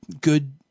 good